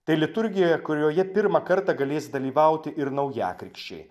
tai liturgija kurioje pirmą kartą galės dalyvauti ir naujakrikščiai